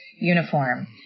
uniform